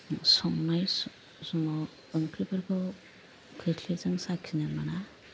संनाय समाव ओंख्रिफोरखौ खोर्स्लिजों साखिनो मोना